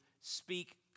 speak